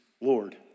Lord